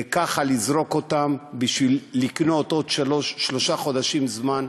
וככה לזרוק אותם בשביל לקנות עוד שלושה חודשים זמן,